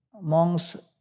monks